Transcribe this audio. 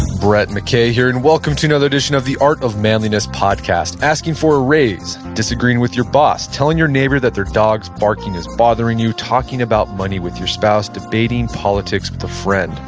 brett mckay here and welcome to another edition of the art of manliness podcast, asking for a raise, disagreeing with your boss, telling your neighbor that their dog's parking is bothering you. talking about money with your spouse, debating politics with a friend.